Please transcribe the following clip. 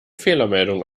fehlermeldung